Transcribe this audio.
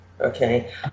Okay